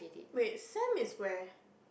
wait Sam is where